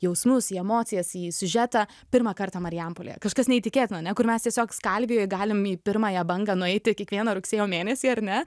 jausmus į emocijas į siužetą pirmą kartą marijampolėje kažkas neįtikėtino ane kur mes tiesiog skalvijoj galim į pirmąją bangą nueiti kiekvieną rugsėjo mėnesį ar ne